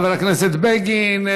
חבר הכנסת בגין,